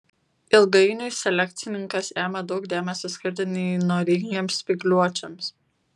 ilgainiui selekcininkas ėmė daug dėmesio skirti neįnoringiems spygliuočiams